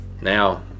now